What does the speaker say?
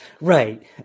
right